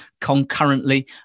concurrently